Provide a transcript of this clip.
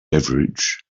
beverage